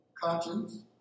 conscience